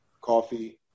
Coffee